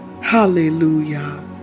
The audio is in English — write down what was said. Hallelujah